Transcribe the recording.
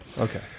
okay